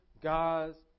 God's